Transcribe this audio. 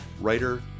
writer